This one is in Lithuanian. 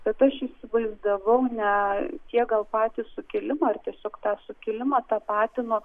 kad aš įsivaizdavau ne tiek gal patį sukilimą ar tiesiog tą sukilimą tapatino